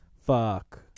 fuck